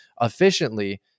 Efficiently